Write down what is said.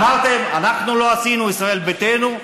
אמרתם: אנחנו לא עשינו, ישראל ביתנו.